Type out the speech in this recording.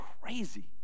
crazy